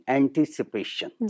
anticipation